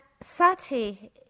sati